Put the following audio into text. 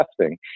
testing